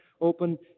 open